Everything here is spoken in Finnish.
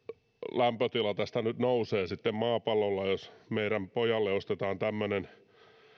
lämpötila tästä nyt nousee maapallolla jos meidän pojalle ostetaan tämmöinen